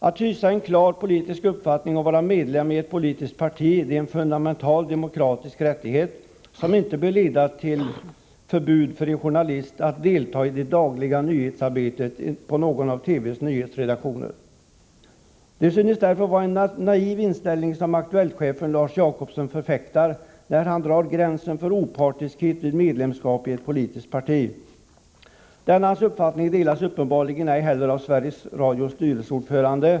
Att hysa en klar politisk uppfattning och vara medlem i ett politiskt parti är en fundamental demokratisk rättighet som inte bör leda till förbud för en journalist att delta i det dagliga nyhetsarbetet på någon av TV:s redaktioner. Det synes därför vara en naiv inställning som Aktuellt-chefen Lars Jacobsson förfäktar när han drar gränsen för opartiskhet vid medlem skap i ett politiskt parti. Denna hans uppfattning delas uppenbarligen inte heller av Sveriges Radios styrelseordförande.